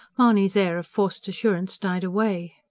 mahony's air of forced assurance died away.